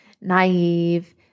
naive